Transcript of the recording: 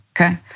okay